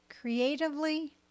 creatively